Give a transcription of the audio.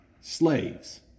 slaves